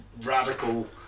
radical